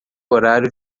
horário